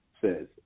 says